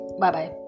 Bye-bye